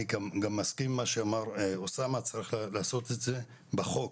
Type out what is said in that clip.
אני גם מסכים עם מה שאמר חבר הכנסת סעדי שצריך לכתוב בחוק